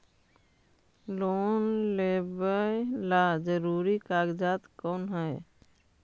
Loan लेब ला जरूरी कागजात कोन है?